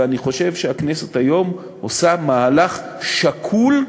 ואני חושב שהכנסת היום עושה מהלך שקול,